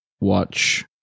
watch